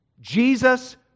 Jesus